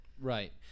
Right